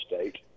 State